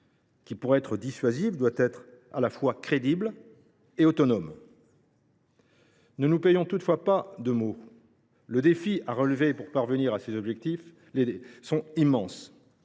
qui, pour être dissuasive, devra être à la fois crédible et autonome. Ne nous payons toutefois pas de mots : les défis à relever pour atteindre ces objectifs sont immenses.